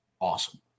awesome